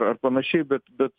ar panašiai bet bet